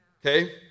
Okay